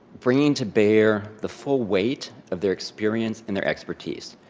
bringing to bear the full weight of their experience and their expertise.